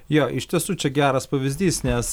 jo iš tiesų čia geras pavyzdys nes